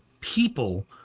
people